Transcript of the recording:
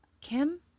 Kim